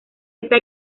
está